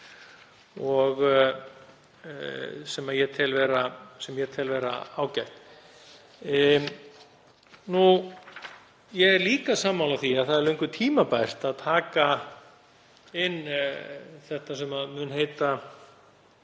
sem ég tel vera ágætt. Ég er líka sammála því að það er löngu tímabært að taka inn það sem mun heita